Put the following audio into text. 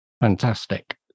fantastic